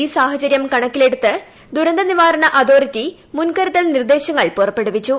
ഈ സാഹചര്യം കണക്കിലെടുത്ത് ദുരന്തനിവാരണ അതോറിറ്റി മുൻകരുതൽ നിർദ്ദേശങ്ങൾ പുറപ്പെടുവിച്ചു